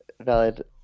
valid